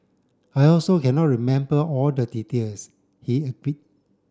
I also cannot remember all the details he